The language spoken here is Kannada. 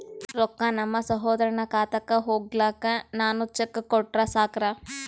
ರೊಕ್ಕ ನಮ್ಮಸಹೋದರನ ಖಾತಕ್ಕ ಹೋಗ್ಲಾಕ್ಕ ನಾನು ಚೆಕ್ ಕೊಟ್ರ ಸಾಕ್ರ?